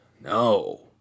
No